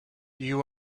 you